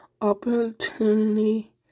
opportunity